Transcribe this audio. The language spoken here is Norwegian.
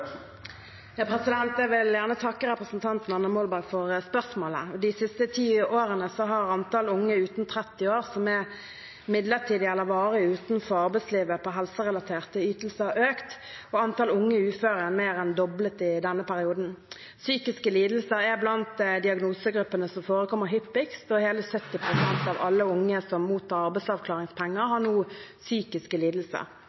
Jeg vil gjerne takke representanten Anna Molberg for spørsmålet. De siste ti årene har antall unge under 30 år som er midlertidig eller varig utenfor arbeidslivet på helserelaterte ytelser økt, og antall unge uføre er mer enn doblet i denne perioden. Psykiske lidelser er blant diagnosegruppene som forekommer hyppigst, og hele 70 pst. av alle unge som mottar arbeidsavklaringspenger,